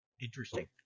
Interesting